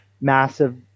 massive